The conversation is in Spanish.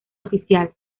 oficial